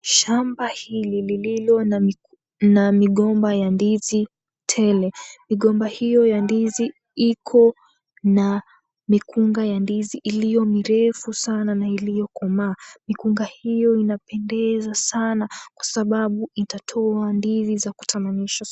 Shamba hili lililo na migomba ya ndizi tele. Migomba hiyo ya ndizi iko na mikunga ya ndizi iliyo mirefu sana na iliyokomaa. Mikunga hiyo inapendeza sana kwa sababu itatoa ndizi za kutamanisha.